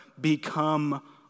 become